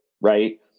Right